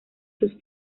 sus